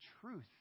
truth